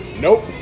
Nope